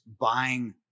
buying